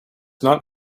not